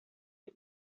del